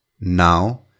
Now